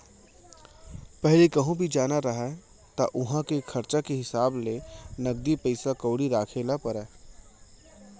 पहिली कहूँ भी जाना रहय त उहॉं के खरचा के हिसाब ले नगदी पइसा कउड़ी राखे ल परय